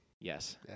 Yes